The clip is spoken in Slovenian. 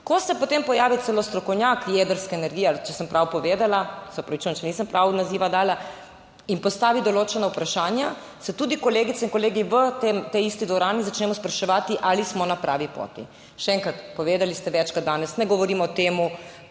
ko se potem pojavi celo strokovnjak jedrske energije ali, če sem prav povedala, se opravičujem, če nisem prav naziva dala in postaviti določena vprašanja se tudi kolegice in kolegi v tej isti dvorani začnemo spraševati ali smo na pravi poti. Še enkrat, povedali ste večkrat danes ne govorimo o temu,